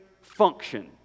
function